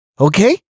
okay